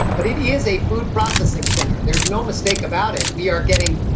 but it is a food processing center. there's no mistake about it. we are getting,